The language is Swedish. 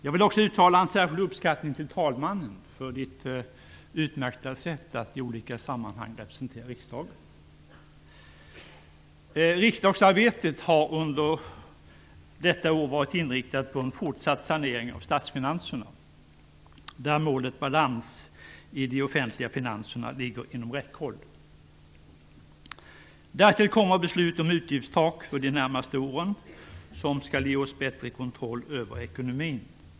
Jag vill också uttala en särskild uppskattning till talmannen för hennes utmärkta sätt att i olika sammanhang representera riksdagen. Riksdagsarbetet har under detta år varit inriktat på en fortsatt sanering av statsfinanserna, där målet - balans i de offentliga finanserna - ligger inom räckhåll. Därtill kommer beslut om utgiftstak för de närmaste åren, som skall ge oss bättre kontroll över ekonomin.